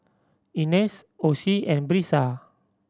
Inez Osie and Brisa